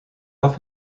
off